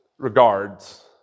regards